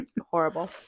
Horrible